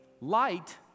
Light